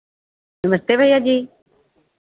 नमस्ते भैया जी